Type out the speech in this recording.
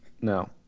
No